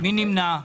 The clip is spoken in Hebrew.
מי נמנע?